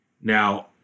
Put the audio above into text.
Now